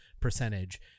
percentage